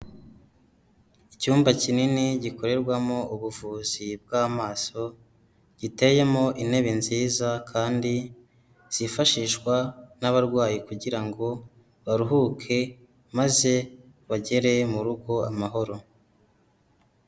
Icyumba kinini gikorerwamo ubuvuzi bw'amaso, giteyemo intebe nziza kandi kifashishwa n'abarwayi kugira ngo baruhuke maze bagere mu rugo amahoro.